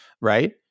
Right